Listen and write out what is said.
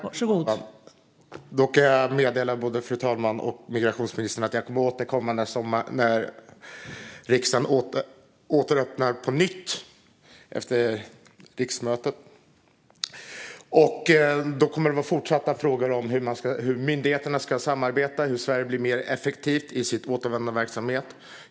Fru talman! Jag kan meddela migrationsministern att jag kommer att återkomma när riksdagen öppnar på nytt efter sommaren. Då kommer det frågor om hur myndigheterna ska samarbeta och hur Sverige blir mer effektivt i sin återvändandeverksamhet.